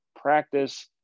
practice